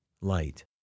light